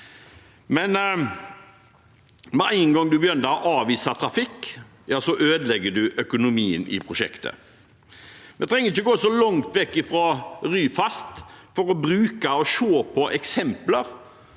med en gang man begynner å avvise trafikk, ødelegger man økonomien i prosjektet. Vi trenger ikke gå så langt vekk fra Ryfast for å se eksempler